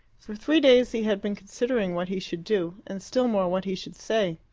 for three days he had been considering what he should do, and still more what he should say.